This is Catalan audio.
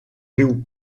riu